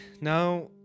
Now